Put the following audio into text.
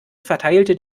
verteilte